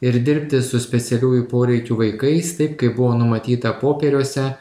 ir dirbti su specialiųjų poreikių vaikais taip kaip buvo numatyta popieriuose